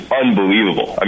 unbelievable